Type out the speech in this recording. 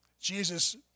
Jesus